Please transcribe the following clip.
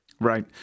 Right